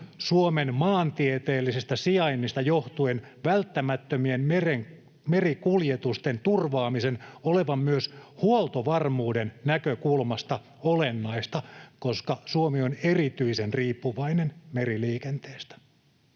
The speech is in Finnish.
Suomen maantieteellisestä sijainnista johtuen välttämättömien merikuljetusten turvaamisen olevan huoltovarmuuden näkökulmasta olennaista, koska Suomi on erityisen riippuvainen meriliikenteestä.